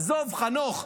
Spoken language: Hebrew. --- עזוב, חנוך.